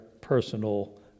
personal